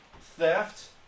theft